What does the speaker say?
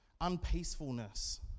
unpeacefulness